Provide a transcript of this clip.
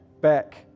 back